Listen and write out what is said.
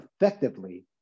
effectively